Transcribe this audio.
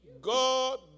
God